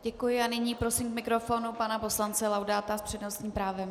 Děkuji a nyní prosím k mikrofonu pana poslance Laudáta s přednostním právem.